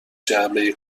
جعبه